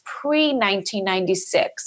pre-1996